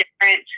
different